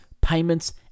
payments